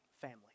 family